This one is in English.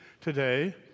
today